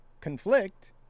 conflict